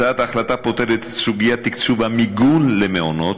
הצעת ההחלטה פותרת את סוגיית תקצוב המיגון למעונות,